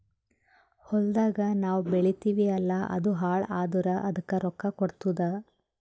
ಹೊಲ್ದಾಗ್ ನಾವ್ ಬೆಳಿತೀವಿ ಅಲ್ಲಾ ಅದು ಹಾಳ್ ಆದುರ್ ಅದಕ್ ರೊಕ್ಕಾ ಕೊಡ್ತುದ್